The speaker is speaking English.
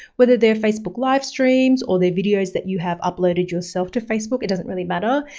whether they're facebook live streams or the videos that you have uploaded yourself to facebook. it doesn't really matter.